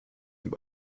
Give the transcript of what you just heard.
dem